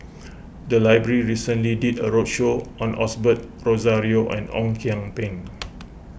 the library recently did a roadshow on Osbert Rozario and Ong Kian Peng